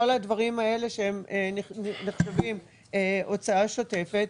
כל הדברים האלה שהם נחשבים הוצאה שוטפת.